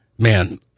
Man